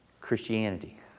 Christianity